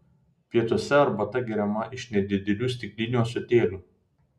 pietuose arbata geriama iš nedidelių stiklinių ąsotėlių